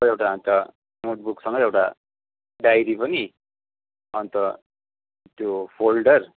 र एउटा अन्त नोटबुकसँगै एउटा डायरी पनि अन्त त्यो फोल्डर